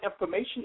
information